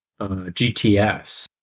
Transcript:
GTS